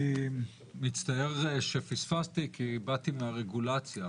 אני מצטער שפספסתי, כי באתי מרגולציה.